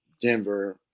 Denver